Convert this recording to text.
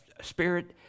Spirit